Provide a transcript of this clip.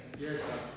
Yes